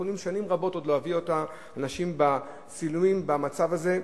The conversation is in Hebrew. יכולים עוד שנים רבות להביא אנשים בצילומים במצב הזה.